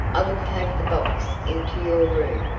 i will take the box into your room.